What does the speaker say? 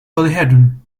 polyhedron